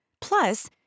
Plus